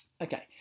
Okay